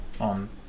on